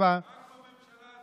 סמוכה